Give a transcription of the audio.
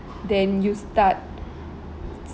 then you start